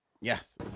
yes